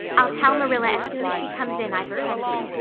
i'll tell marilla as soon as she comes in i've repented.